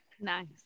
Nice